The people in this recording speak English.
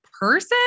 person